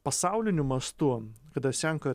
pasauliniu mastu kada senka